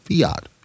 fiat